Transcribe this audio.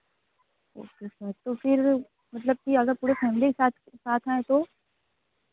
okay sir तो फिर मतलब की अगर पूरे फैमली में साथ साथ आएँ तो